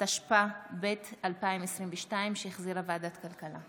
התשפ"ב 2022, שהחזירה ועדת הכלכלה.